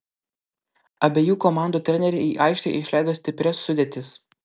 abiejų komandų treneriai į aikštę išleido stiprias sudėtis